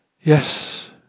Yes